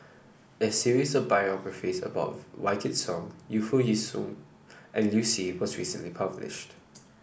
a series of biographies about Wykidd Song Yu Foo Yee Shoon and Liu Si was recently published